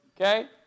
Okay